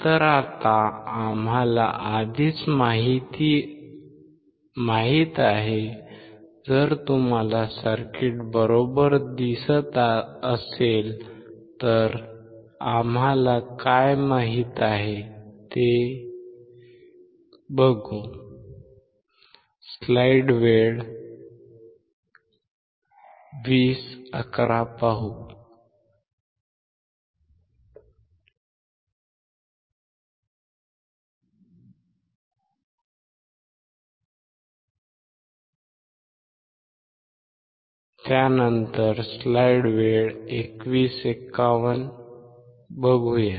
तर आता आम्हाला आधीच माहित आहे जर तुम्हाला सर्किट बरोबर दिसत असेल तर आम्हाला काय माहित आहे ते आम्हाला माहित आहे